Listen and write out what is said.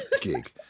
gig